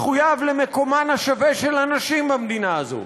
מחויב למקומן השווה של הנשים במדינה הזו,